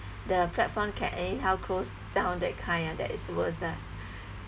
the platform can anyhow close down that kind ah that is worse ah